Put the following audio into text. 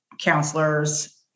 counselors